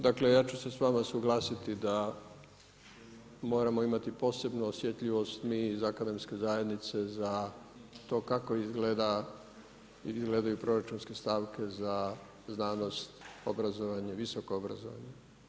Dakle ja ću se s vama suglasiti da moramo imati posebnu osjetljivost mi iz akademske zajednice za to kako izgledaju proračunske stavke za znanost, obrazovanje, visoko obrazovanje.